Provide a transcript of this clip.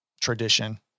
tradition